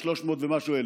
300,000 ומשהו.